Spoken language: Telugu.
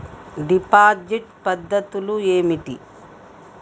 డిపాజిట్ పద్ధతులు ఏమిటి?